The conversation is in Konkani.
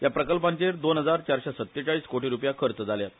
या प्रकल्पांचेर दोन हजार चारशे सत्तेचाळीस कोटी रूपया खच जाल्यात